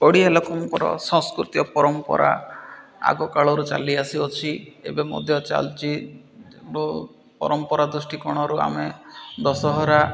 ଓଡ଼ିଆ ଲୋକଙ୍କର ସଂସ୍କୃତି ଓ ପରମ୍ପରା ଆଗକାଳରୁ ଚାଲି ଆସିଅଛି ଏବେ ମଧ୍ୟ ଚାଲିଛି ପରମ୍ପରା ଦୃଷ୍ଟିକୋଣରୁ ଆମେ ଦଶହରା